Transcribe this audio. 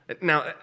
Now